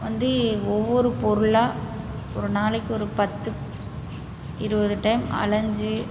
வந்து ஒவ்வொரு பொருளாக ஒரு நாளைக்கு ஒரு பத்து இருபது டைம் அலைஞ்சி